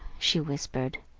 she whispered,